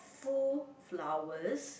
full flowers